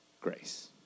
grace